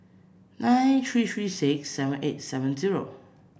nine three three six seven eight seven zero